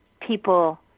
people